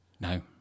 No